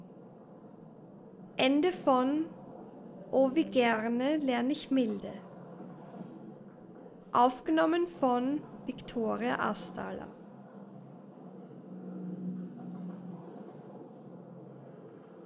o wie gerne lern ich milde